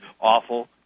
awful